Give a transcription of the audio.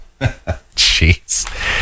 Jeez